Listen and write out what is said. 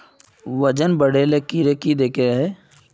वजन बढे ले कीड़े की देके रहे?